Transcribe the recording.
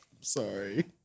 Sorry